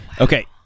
Okay